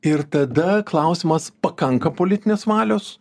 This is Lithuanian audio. ir tada klausimas pakanka politinės valios